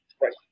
Right